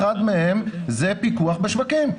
כאשר אחד מהם הוא הפיקוח בשווקים.